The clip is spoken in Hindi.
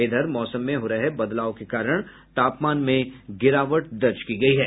इधर मौसम में हो रहे बदलाव के कारण तापमान में गिरावट दर्ज की गयी है